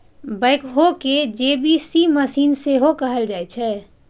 backhoe कें JCB machine सेहो कहल जाइ छै